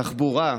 תחבורה,